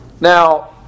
Now